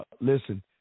listen